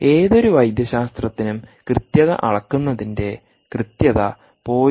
ഏതൊരു വൈദ്യശാസ്ത്രത്തിനും കൃത്യത അളക്കുന്നതിന്റെ കൃത്യത 0